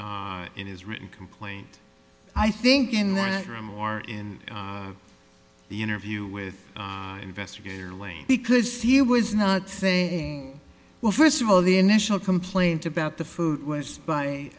it in his written complaint i think in that room or in the interview with the investigator away because he was not saying well first of all the initial complaint about the food was by